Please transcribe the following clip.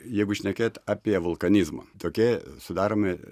jeigu šnekėt apie vulkanizmą tokie sudaromi